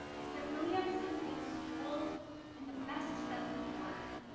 is that williams has been school in the best sense of the word.